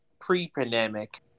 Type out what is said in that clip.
pre-pandemic